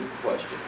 question